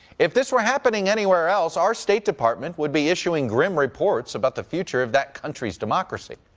if this were happening anywhere else, our state department would be issuing grim reports about the future of that country's democracy.